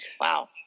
Wow